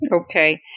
Okay